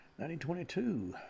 1922